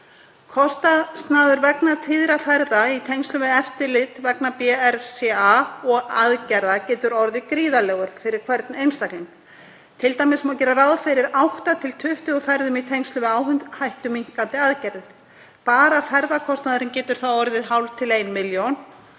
Kostnaður vegna tíðra ferða í tengslum við eftirlit vegna BRCA og aðgerða getur orðið gríðarlegur fyrir hvern einstakling. Til dæmis má gera ráð fyrir 8–20 ferðum í tengslum við áhættuminnkandi aðgerðir. Bara ferðakostnaðurinn getur þá orðið hálf til ein milljón.